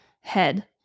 head